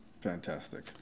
Fantastic